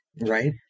Right